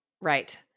Right